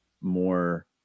more